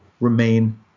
remain